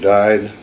died